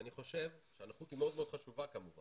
ואני חושב שהנכות היא מאוד חשובה כמובן